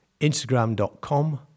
instagram.com